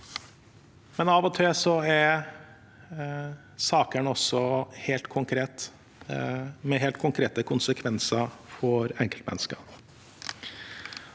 men av og til er sakene også helt konkrete, med helt konkrete konsekvenser for enkeltmennesker.